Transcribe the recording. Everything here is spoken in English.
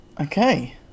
Okay